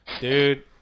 Dude